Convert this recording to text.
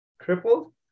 crippled